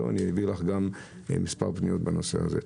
אני אעביר לך גם מספר פניות בנושא הזה.